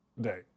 day